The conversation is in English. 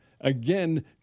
Again